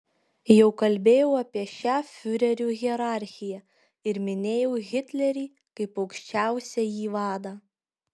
jau kalbėjau apie šią fiurerių hierarchiją ir minėjau hitlerį kaip aukščiausiąjį vadą